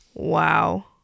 Wow